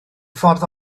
ffordd